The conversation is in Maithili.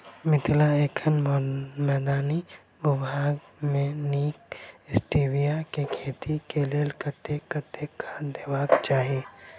मिथिला एखन मैदानी भूभाग मे नीक स्टीबिया केँ खेती केँ लेल कतेक कतेक खाद देबाक चाहि?